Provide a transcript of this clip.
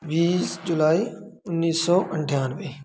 बीस जुलाई उन्नीस सौ अठानवे